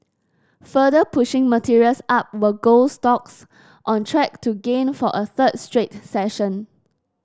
further pushing materials up were gold stocks on track to gain for a third straight session